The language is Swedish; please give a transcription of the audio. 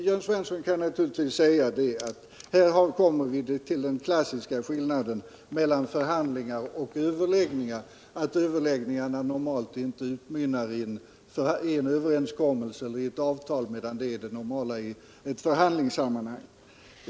Jörn Svensson kan naturligtvis säga: Här kommer vi till den klassiska skillnaden mellan förhandlingar och överläggningar, dvs. att överläggningar normalt inte utmynnar i en överenskommelse eller ett avtal, medan det däremot är det normala i ett förhandlingssammanhang.